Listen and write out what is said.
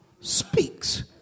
speaks